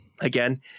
again